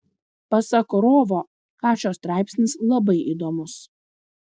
pasak rovo kašio straipsnis labai įdomus